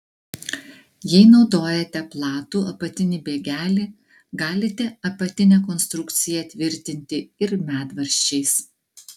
jei naudojate platų apatinį bėgelį galite apatinę konstrukciją tvirtinti ir medvaržčiais